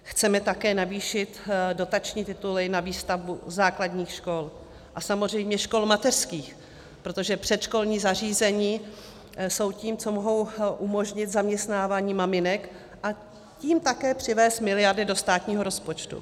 Chceme také navýšit dotační tituly na výstavbu základních škol a samozřejmě škol mateřských, protože předškolní zařízení jsou tím, co může umožnit zaměstnávání maminek, a tím také přinést miliardy do státního rozpočtu.